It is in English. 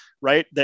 right